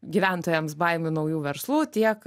gyventojams baimių naujų verslų tiek